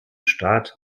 staat